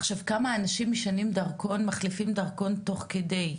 כמה אנשים משנים או מחליפים דרכון תוך כדי,